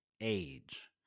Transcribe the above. age